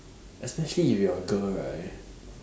especially if you are a girl right